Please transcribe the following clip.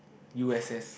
U_S_S